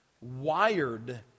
Wired